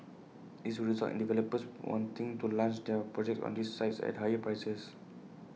this will result in developers wanting to launch their projects on these sites at higher prices